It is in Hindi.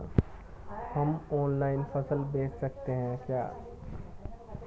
हम ऑनलाइन फसल बेच सकते हैं क्या?